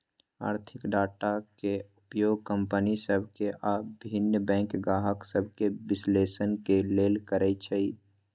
आर्थिक डाटा के उपयोग कंपनि सभ के आऽ भिन्न बैंक गाहक सभके विश्लेषण के लेल करइ छइ